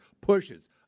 pushes